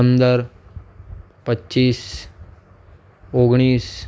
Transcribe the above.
પંદર પચીસ ઓગણીસ